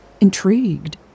intrigued